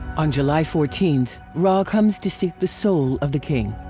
on july fourteenth, re comes to seek the soul of the king.